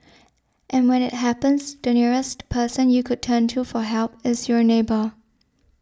and when it happens the nearest person you could turn to for help is your neighbour